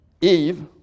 Eve